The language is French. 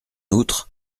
outre